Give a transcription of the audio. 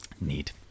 Neat